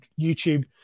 YouTube